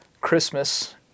Christmas